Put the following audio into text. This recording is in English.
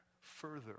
further